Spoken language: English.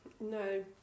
No